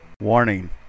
Warning